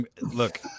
look